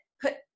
put